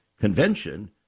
Convention